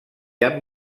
amb